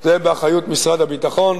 זה באחריות משרד הביטחון,